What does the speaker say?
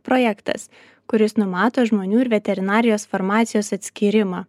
projektas kuris numato žmonių ir veterinarijos farmacijos atskyrimą